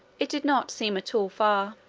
it did not seem at all far.